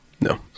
no